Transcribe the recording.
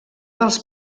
dels